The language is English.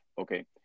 Okay